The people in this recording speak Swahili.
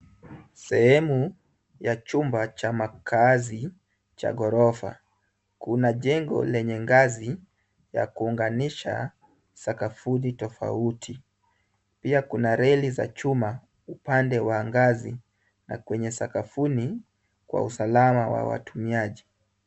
Sehemu ya chumba cha makaazi cha ghorofa. Kuna jengo lenye ngazi ya kuunganisha sakafuni tofauti. Pia kuna reli za chuma upande wa ngazi na kwenye sakafuni kwa usalama wa watumiaji.